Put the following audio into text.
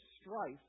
strife